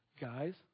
guys